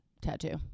tattoo